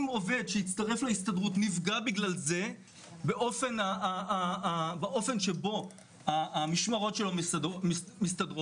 אם עובד שהצטרף להסתדרות נפגע בגלל זה באופן שבו המשמרות שלו מסתדרות,